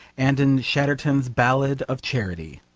and in chatterton's ballad of charity.